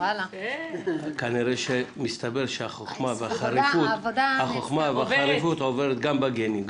מסתבר שהחכמה והחריפות עוברת גם בגנים,